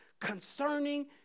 concerning